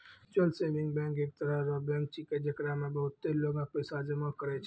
mutual saving bank एक तरह रो बैंक छैकै, जेकरा मे बहुते लोगें पैसा जमा करै छै